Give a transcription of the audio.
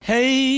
Hey